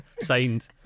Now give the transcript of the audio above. signed